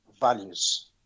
values